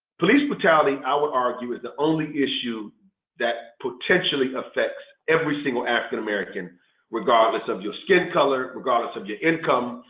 police brutality i would argue is the only issue that potentially affects every single african american regardless of your skin color, regardless of your income,